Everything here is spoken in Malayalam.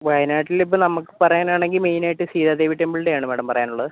വയനാട്ടിൽ ഇപ്പം നമുക്ക് പറയാൻ ആണെങ്കിൽ മെയിൻ ആയിട്ട് സീതാദേവി ടെംപിളിൻ്റെ ആണ് മേഡം പറയാൻ ഉള്ളത്